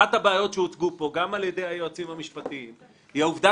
אחת הבעיות שהוצגו פה גם על ידי היועצים המשפטיים היא העובדה